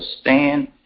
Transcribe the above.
stand